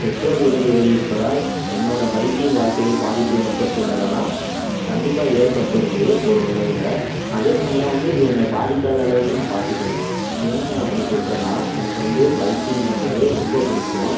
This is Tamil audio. பெட்ரோல் விலை ஏறி இருப்பதால் என்னோட பைக்கிங் வாழ்க்கையில் பாதிப்பு ஏற்பட்டுள்ளதான்னா கண்டிப்பாக ஏற்பட்டிருக்கு ஒரு வகையில் அதே சமயம் வந்து இது என்னை பாதிக்காத அளவுக்கு நான் பார்த்துக்குவேன் ஏன் அப்படி சொல்றேன்னா எனக்கு வந்து பைக்கிங் பண்ணுறது ரொம்ப பிடிக்கும்